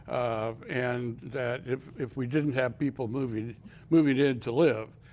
um and that if if we didn't have people moving moving in to live,